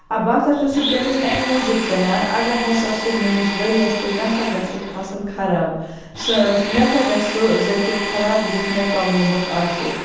بہٕ ہَسا چھُس سُہ تٔمس امہِ موٗجوٗب کٕنان اگر ہَسا سُہ مےٚ نِش ؤرۍ یَس پیٚیہِ مےٚ ہَسا گَژھِ سُہ فصل خَراب مےٚ ہَسا گَژھِ سُہ ذٔخیرٕ خَراب یُس مےٚ کَمومُت آسہِ